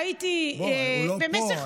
מכיוון שהייתי במשך עשרה חודשים, הוא לא פה.